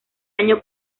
año